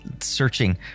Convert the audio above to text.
searching